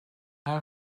how